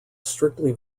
strictly